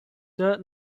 dirt